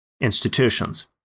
institutions